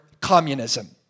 communism